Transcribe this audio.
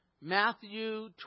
Matthew